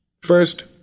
First